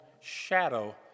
shadow